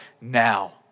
now